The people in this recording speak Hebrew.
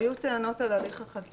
אני אומרת שהיו טענות על הליך החקיקה,